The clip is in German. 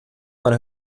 meine